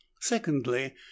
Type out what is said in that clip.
Secondly